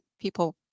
people